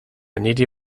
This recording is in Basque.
niri